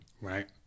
Right